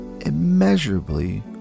immeasurably